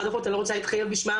אבל אני כן יכולה לומר שאנחנו,